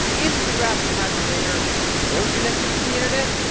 if the graphing calculator were connected to the internet,